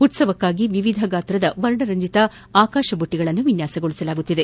ಉತ್ಸವಕ್ಷಾಗಿ ವಿವಿಧ ಗಾತ್ರದ ವರ್ಣರಂಜಿತ ಆಕಾಶಬುಟ್ಟಿಗಳನ್ನು ವಿನ್ಯಾಸಗೊಳಿಸಲಾಗುತ್ತಿದೆ